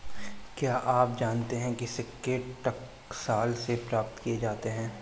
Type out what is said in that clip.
क्या आप जानते है सिक्के टकसाल से प्राप्त किए जाते हैं